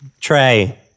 Trey